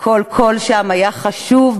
וכל קול שם היה חשוב,